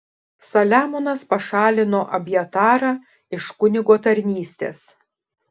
saliamonas pašalino abjatarą iš kunigo tarnystės